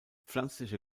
pflanzliche